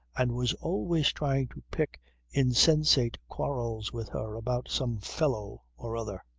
and was always trying to pick insensate quarrels with her about some fellow or other.